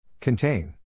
Contain